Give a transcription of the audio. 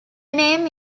name